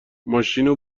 ماشینو